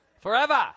Forever